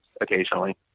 occasionally